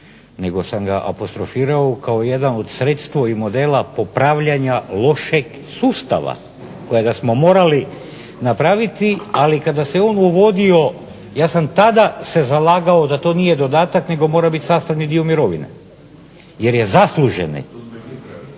nego sam ga apostrofirao kao jedan od sredstvo i modela popravljanja lošeg sustava kojega smo morali napraviti, ali kada se on uvodio ja sam tada se zalagao da to nije dodatak nego mora biti sastavni dio mirovine, jer je zasluženi.